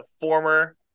former